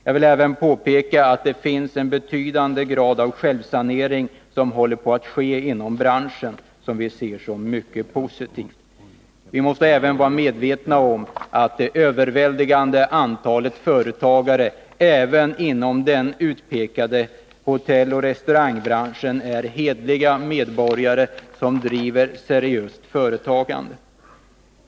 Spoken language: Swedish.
Jag vill även påpeka att det sker en betydande grad av självsanering inom branschen som vi ser som mycket positiv. Vi måste även vara medvetna om att det överväldigande antalet företagare även inom den utpekade hotelloch restaurangbranschen är hederliga medborgare som driver seriöst företagande.